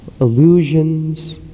illusions